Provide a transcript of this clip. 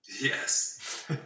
Yes